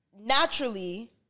naturally